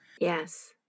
Yes